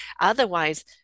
Otherwise